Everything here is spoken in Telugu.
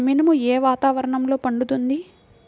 మినుము ఏ వాతావరణంలో పండుతుంది?